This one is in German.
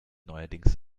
neuerdings